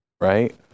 right